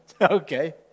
Okay